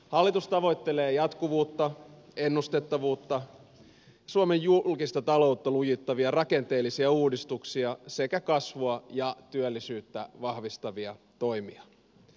hallitus tavoittelee jatkuvuutta ennustettavuutta suomen julkista taloutta lujittavia rakenteellisia uudistuksia sekä kasvua ja työllisyyttä vahvistavia toimia